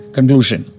Conclusion